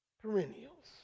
perennials